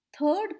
Third